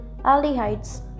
Aldehydes